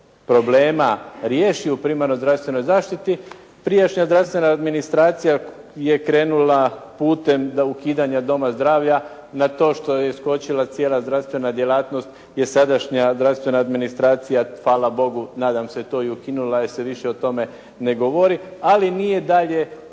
problema riješi u primarnoj zdravstvenoj zaštiti, prijašnja zdravstvena administracija je krenula putem da ukidanja doma zdravlja na to što je skočila cijela zdravstvena djelatnost je sadašnja zdravstvena administracija, hvala Bogu, nadam se to i ukinula jer se više o tome ne govori, ali nije dalje